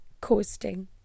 coasting